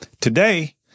Today